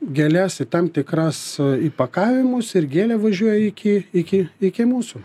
gėles į tam tikras įpakavimus ir gėlė važiuoja iki iki iki mūsų